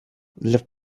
для